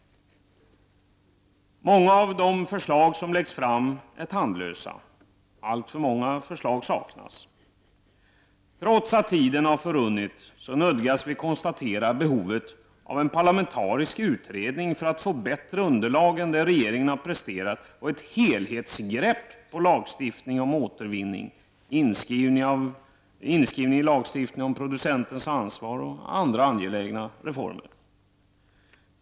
Många av de förslag som läggs fram är tandlösa. Alltför många förslag saknas. Trots att tiden har förrunnit nödgas vi konstatera behovet av en parlamentarisk utredning för att få bättre underlag än det som regeringen har presterat och ett helhetsgrepp på lagstiftning om återvinning, inskrivning i lagstiftningen om producentens ansvar och andra angelägna reformer.